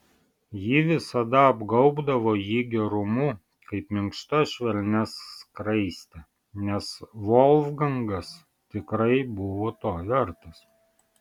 ji visada apgaubdavo jį gerumu kaip minkšta švelnia skraiste nes volfgangas tikrai buvo to vertas